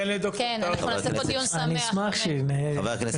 נעמה לזימי (יו"ר הוועדה המיוחדת לענייני